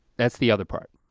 that's the other part.